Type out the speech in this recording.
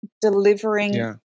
delivering